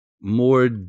more